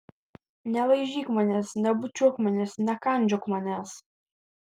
nelaižyk manęs nebučiuok manęs nekandžiok manęs